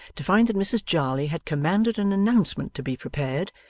to find that mrs jarley had commanded an announcement to be prepared,